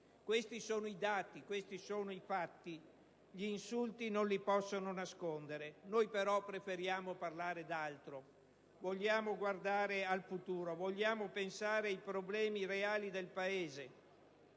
Questi sono i dati. Questi sono i fatti. Gli insulti non li possono nascondere. Noi però preferiamo parlare d'altro. Vogliamo guardare al futuro; vogliamo pensare ai problemi reali del Paese.